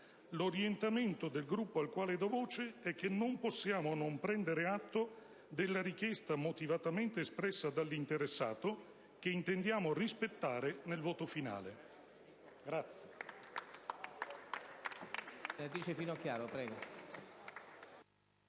l'orientamento del Gruppo al quale do voce è che non possiamo non prendere atto della richiesta motivatamente espressa dall'interessato, che intendiamo rispettare nell'espressione